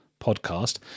podcast